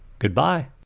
Goodbye